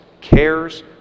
cares